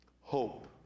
hope